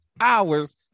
hours